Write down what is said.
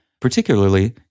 particularly